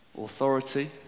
authority